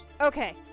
Okay